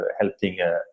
helping –